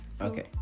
Okay